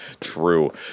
True